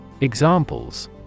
Examples